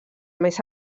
més